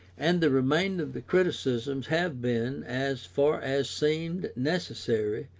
and the remainder of the criticisms have been, as far as seemed necessary,